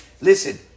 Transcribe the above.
Listen